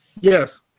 Yes